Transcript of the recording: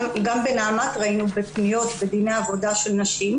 גם בנעמ"ת ראינו בפניות בדיני עבודה של נשים,